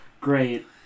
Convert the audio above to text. great